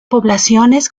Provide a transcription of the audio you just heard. poblaciones